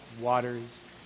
waters